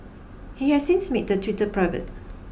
he has since made the Twitter private